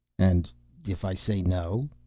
and if i say no?